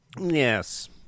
Yes